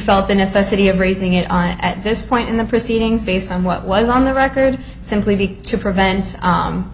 felt the necessity of raising it i at this point in the proceedings based on what was on the record simply be to prevent